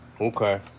Okay